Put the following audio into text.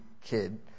kid